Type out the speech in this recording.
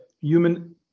human